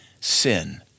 sin